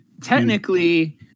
technically